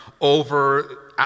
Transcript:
over